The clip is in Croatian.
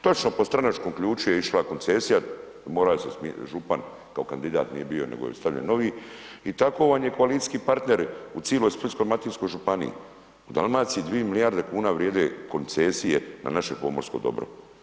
Točno po stranačkom ključu je išla koncesija, morao se smijeniti, župan, kao kandidat nije bio nego je stavljen novi i tako vam je koalicijski partneri u cijeloj Splitsko-dalmatinskoj županiji, u Dalmaciji 2 milijarde kuna vrijeme koncesije na naše pomorsko dobro.